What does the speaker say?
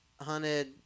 hunted